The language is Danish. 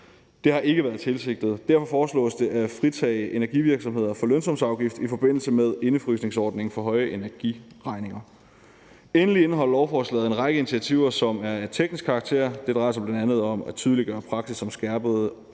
Det har ikke været tilsigtet, og derfor foreslås det at fritage energivirksomheder for lønsumsafgift i forbindelse med indefrysningsordningen for høje energiregninger. Endelig indeholder lovforslaget en række initiativer, som er af teknisk karakter. Det drejer sig bl.a. om at tydeliggøre praksis for skærpede